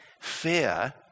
Fear